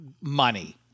money